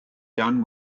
done